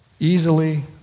Easily